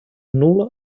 nul·la